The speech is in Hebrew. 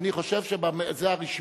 אני חושב שברשמיים